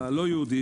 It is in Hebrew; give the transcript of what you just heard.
המגזר הלא-יהודי,